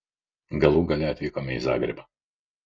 galų gale atvykome į zagrebą